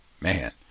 Man